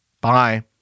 Bye